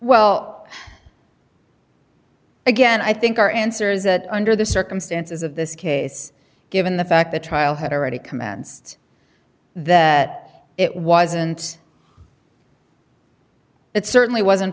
well again i think our answer is that under the circumstances of this case given the fact the trial had already commenced that it wasn't it certainly wasn't